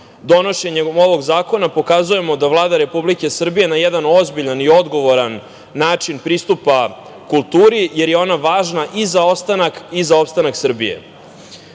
Donošenjem ovog zakona pokazujemo da Vlada Republike Srbije na jedan ozbiljan i odgovoran način pristupa kulturi, jer je ona važna i za ostanak i opstanak Srbije. Vi